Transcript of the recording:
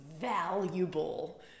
valuable